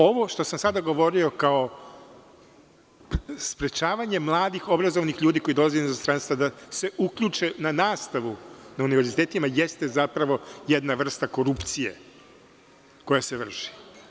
Ovo što sam sada govorio kao sprečavanje mladih obrazovanih ljudi koji dolaze iz inostranstva da se uključe na nastavu na univerzitetima jeste zapravo jedna vrsta korupcije koja se vrši.